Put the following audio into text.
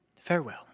Farewell